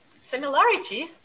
similarity